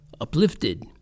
uplifted